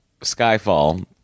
Skyfall